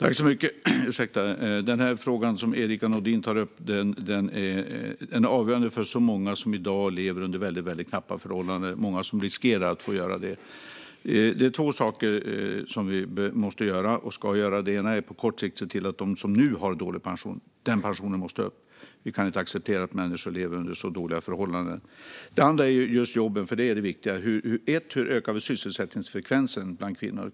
Herr talman! Den fråga som Erica Nådin tar upp är avgörande för så många som i dag lever under väldigt knappa förhållanden och många som riskerar att få göra det. Det är två saker som vi måste göra och ska göra. Det ena är att på kort sikt se till att pensionen måste upp för dem som nu har dålig pension. Vi kan inte acceptera att människor lever under så dåliga förhållanden. Det andra är just jobben. Det är det viktiga. För det första: Hur ökar vi sysselsättningsfrekvensen bland kvinnor?